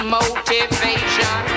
motivation